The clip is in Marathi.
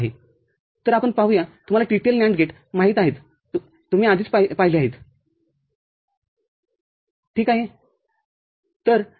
तर आपण पाहूया तुम्हाला TTL NAND गेटमाहीत आहेततुम्ही आधीच पाहिले आहेत ठीक आहे